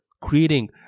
creating